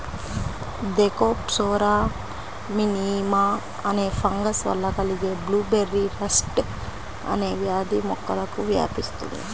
Thekopsora minima అనే fungus వల్ల కలిగే బ్లూబెర్రీ రస్ట్ అనే వ్యాధి మొక్కలకు వ్యాపిస్తుంది